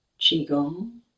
Qigong